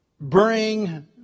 bring